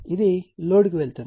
ఇది లోడ్కు వెళుతుంది